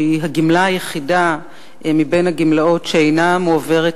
שהיא הגמלה היחידה מבין הגמלאות שאינה מועברת